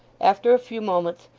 after a few moments,